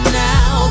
now